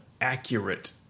accurate